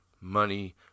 money